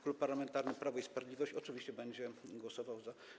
Klub Parlamentarny Prawo i Sprawiedliwość oczywiście będzie głosował za tym.